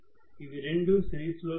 ఇవి రెండు సిరీస్ లో లేవు